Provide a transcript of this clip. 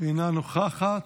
אינה נוכחת,